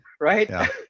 Right